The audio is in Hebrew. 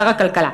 שר הכלכלה,